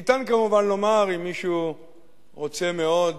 ניתן, כמובן, לומר, אם מישהו רוצה מאוד